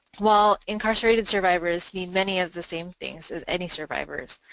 while incarcerated survivors need many of the same things as any survivors,